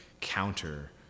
counter